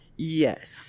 Yes